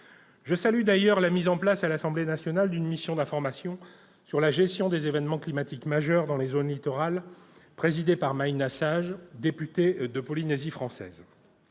Je salue d'ailleurs la mise en place à l'Assemblée nationale d'une mission d'information sur la gestion des événements climatiques majeurs dans les zones littorales, présidée par Maïna Sage, députée de la Polynésie française.